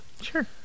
Sure